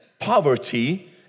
poverty